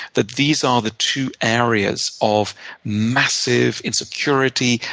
that these are the two areas of massive insecurity,